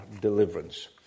deliverance